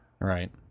right